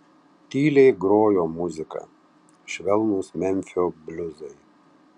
tyliai grojo muzika švelnūs memfio bliuzai